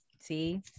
See